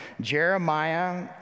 Jeremiah